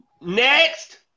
Next